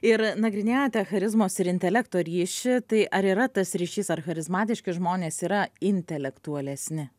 ir nagrinėjate charizmos ir intelekto ryšį tai ar yra tas ryšys ar charizmatiški žmonės yra intelektualesni